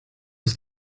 aus